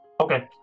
Okay